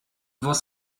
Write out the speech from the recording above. was